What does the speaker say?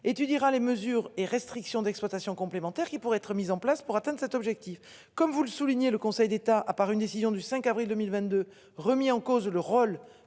Étudiera les mesures et restrictions d'exploitation complémentaires qui pourraient être mises en place pour atteindre cet objectif. Comme vous le soulignez. Le Conseil d'État a par une décision du 5 avril 2022 remis en cause le rôle